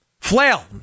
Flail